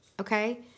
Okay